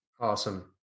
awesome